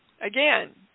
Again